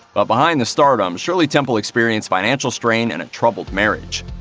but behind the stardom, shirley temple experienced financial strain and a troubled marriage.